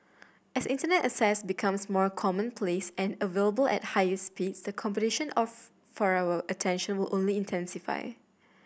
as Internet access becomes more commonplace and available at higher speeds the competition of for our attention will only intensify